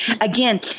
again